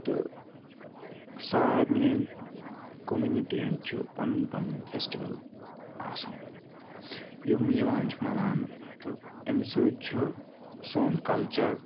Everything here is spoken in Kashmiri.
تہٕ سارنٕیَن کوٚمنٹِیَن چھِ پَنُن پَنُن فیٚسٹِول آسان یِم یِوان چھِ مَناونہٕ تہٕ امہِ سۭتۍ چھُ سون کَلچَر